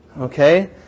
Okay